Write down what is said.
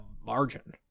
margin